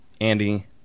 Andy